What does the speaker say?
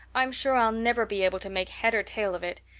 i'm sure i'll never be able to make head or tail of it.